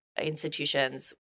institutions